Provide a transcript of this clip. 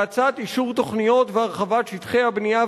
והאצת אישור תוכניות והרחבת שטחי הבנייה